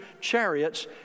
chariots